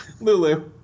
Lulu